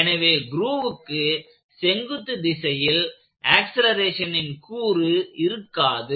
எனவே க்ரூவுக்கு செங்குத்து திசையில் ஆக்சலேரேஷனின் கூறு இருக்காது